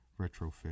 retrofit